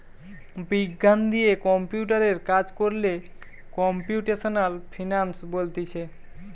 বিজ্ঞান দিয়ে কম্পিউটারে কাজ কোরলে কম্পিউটেশনাল ফিনান্স বলতিছে